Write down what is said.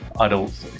adults